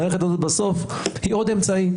המערכת הזו היא עוד אמצעי.